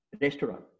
restaurant